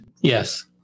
yes